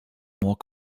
more